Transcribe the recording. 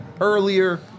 earlier